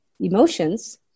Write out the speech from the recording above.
emotions